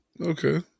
okay